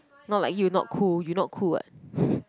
not like you not cool you not cool [what]